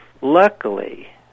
Luckily